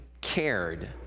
cared